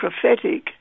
prophetic